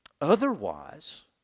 Otherwise